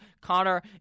Connor